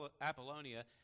Apollonia